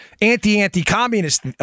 anti-anti-communist